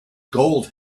gold